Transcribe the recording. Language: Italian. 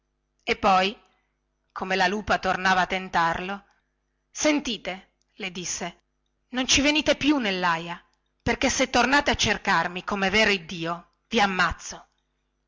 e poi come la lupa tornava a tentarlo sentite le disse non ci venite più nellaia perchè se tornate a cercarmi comè vero iddio vi ammazzo